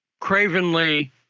cravenly